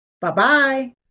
Bye-bye